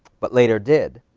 but later did,